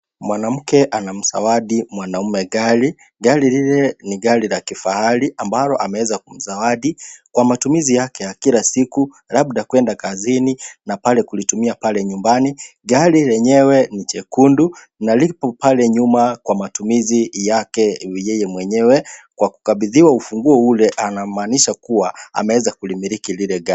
Mwanamke anamzawadi mwanamume gari, gari lile ni gari la kifahari, ambalo ameweza kumzawadi, kwa matumkzi yake ya kila siku, labda kwenda kazini na pale kulitumia pale nyumbani. Gari lenyewe ni jekundu, na lipo pale nyuma kwa matumizi yake yeye mwenyewe, kwa kukabidhiwa ufunguo ule anamaanisha kuwa ameeza kulimiliki lile gari.